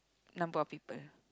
number of people